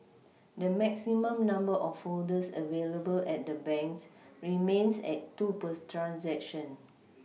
the maximum number of folders available at the banks remains at two per transaction